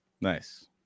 Nice